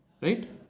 Right